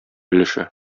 өлеше